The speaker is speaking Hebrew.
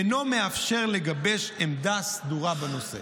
אינו מאפשר לגבש עמדה סדורה בנושא.